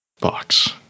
box